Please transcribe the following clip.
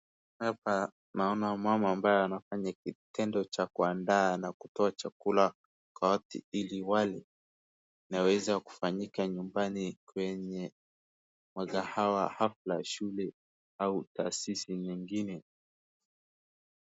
Hapa naona mama ambaye anafanya kitendo cha kuandaa na kutoa chakula kwa watu ili wale, na huweza kufanyika nyumbani kwenye madaha ya Hafla Shubi au taasisi nyingine.